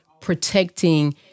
protecting